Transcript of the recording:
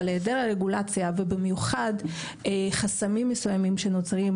אבל היעדר הרגולציה ובמיוחד חסמים מסוימים שנוצרים,